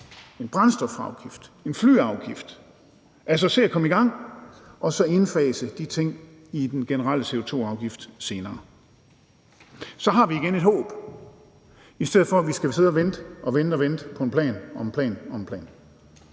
en brændstofafgift, en flyafgift – altså se at komme i gang – og så indfase de ting i den generelle CO2-afgift senere. Så har vi igen et håb, i stedet for at vi skal sidde og vente og vente på en plan om en plan om en plan.